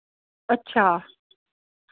अच्छा